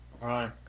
right